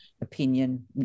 opinion